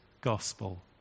gospel